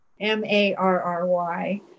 M-A-R-R-Y